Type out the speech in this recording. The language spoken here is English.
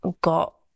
got